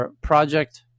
project